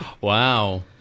Wow